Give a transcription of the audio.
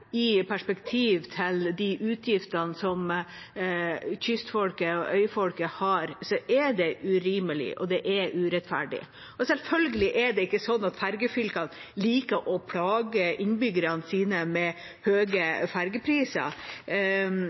de utgiftene som kystfolket og øyfolket har, er det urimelig, og det er urettferdig. Selvfølgelig er det ikke slik at ferjefylkene liker å plage innbyggerne sine med